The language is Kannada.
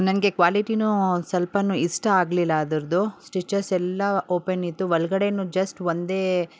ನನಗೆ ಕ್ವಾಲಿಟಿಯೂ ಸ್ವಲ್ಪವೂ ಇಷ್ಟ ಆಗ್ಲಿಲ್ಲ ಅದರದ್ದು ಸ್ಟಿಚಸ್ ಎಲ್ಲ ಓಪನ್ ಇತ್ತು ಒಳ್ಗಡೆನೂ ಜಸ್ಟ್ ಒಂದೇ